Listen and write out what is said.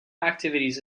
activities